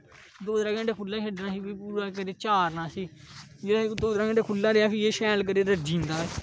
दो त्रै घैंटे खु'ल्ला छड्डी ओड़ना खु'ल्ला छड्डना पूरा चारना इसी जिसलै दो त्रै घैंटे खु'ल्ला रेहा फ्ही शैल करियै रज्जी जंदा ऐ